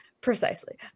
Precisely